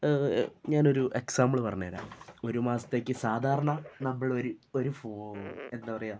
ഞാനൊരു എക്സാമ്പിൾ പറഞ്ഞു തരാം ഒരു മാസത്തേക്ക് സാധാരണ നമ്മളൊരു ഒരു ഫോ എന്താ പറയുക